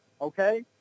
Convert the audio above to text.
Okay